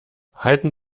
halten